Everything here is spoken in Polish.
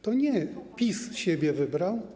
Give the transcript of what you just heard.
To nie PiS siebie wybrał.